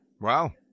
wow